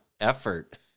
effort